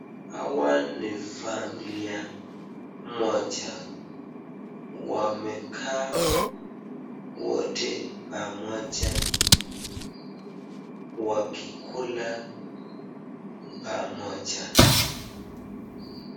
Hawa ni familia moja, wamekaa wote pamoja wakikula pamoja.